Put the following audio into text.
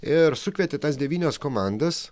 ir sukvietė tas devynios komandos